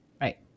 Right